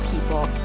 people